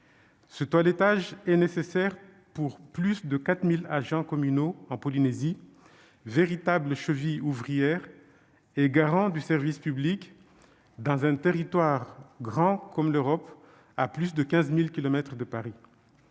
Ce toilettage est nécessaire, au bénéfice des plus de 4 000 agents communaux de Polynésie, véritables chevilles ouvrières et garants du service public dans un territoire grand comme l'Europe, situé à plus de 15 000 kilomètres de Paris.